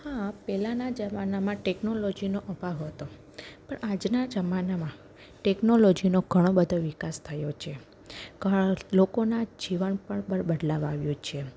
હા પહેલાંના જમાનામાં ટેકનોલોજીનો અભાવ હતો પણ આજના જમાનામાં ટેકનોલોજીનો ઘણો બધો વિકાસ થયો છે લોકોના જીવન પર પણ બદલાવ આવ્યો છે